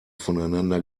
voneinander